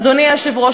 אדוני היושב-ראש,